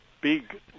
big